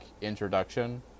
introduction